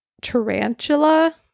Tarantula